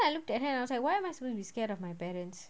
I looked at her and I was like why am I suppose to be scared of my parents